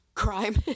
crime